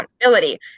accountability